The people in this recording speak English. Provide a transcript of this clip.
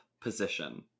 position